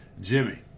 Jimmy